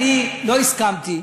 אני לא הסכמתי,